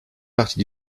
parties